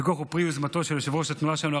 הפיקוח הוא פרי יוזמתו של יושב-ראש התנועה שלנו,